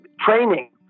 training